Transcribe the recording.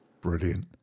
Brilliant